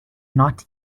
not